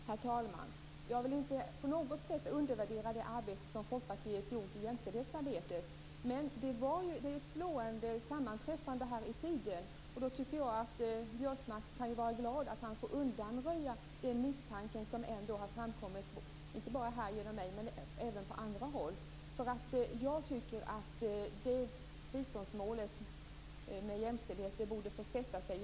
Herr talman! Jag vill inte på något sätt undervärdera det jämställdhetsarbete som Folkpartiet har utfört. Men detta är ett slående sammanträffande i tid, och jag tycker att Biörsmark kan vara glad att han får undanröja den misstanke som har framkommit inte bara här genom mig utan även på andra håll. Jag tycker att biståndsmålet som har med jämställdhet att göra borde få sätta sig.